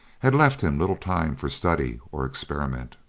had left him little time for study or experiment.